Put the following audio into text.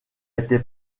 été